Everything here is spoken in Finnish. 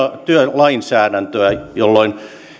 työlainsäädäntöä jolloin